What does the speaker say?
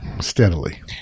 Steadily